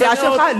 הסיעה שלך.